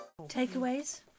Takeaways